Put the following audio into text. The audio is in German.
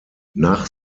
nach